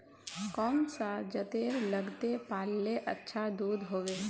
कौन सा जतेर लगते पाल्ले अच्छा दूध होवे?